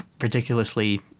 ridiculously